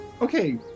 Okay